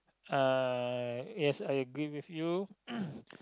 uh yes I agree with you